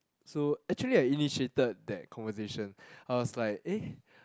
so actually I initiated that conversation I was like eh